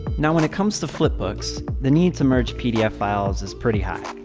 now when it comes to flip books, the needs emerge pdf files is pretty high.